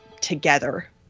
together